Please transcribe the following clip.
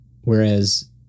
Whereas